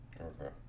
Okay